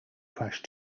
crash